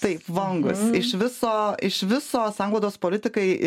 taip vangūs iš viso iš viso sanglaudos politikai